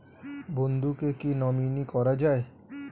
বন্ধুকে কী নমিনি করা যায়?